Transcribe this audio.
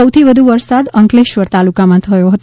સૌથી વધુ વરસાદ અંકલેશ્વર તાલુકામાં નોધાયો હતો